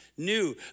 New